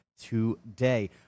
today